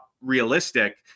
realistic